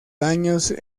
daños